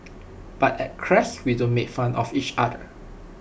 but at Crest we don't make fun of each other